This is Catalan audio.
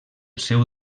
seu